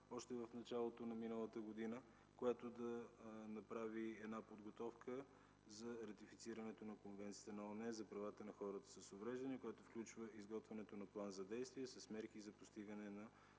още в началото на миналата година, която да направи подготовка за ратифицирането на Конвенцията на ООН за правата на хората с увреждания, което включва изготвянето на План за действие с мерки за постигане на